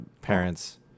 parent's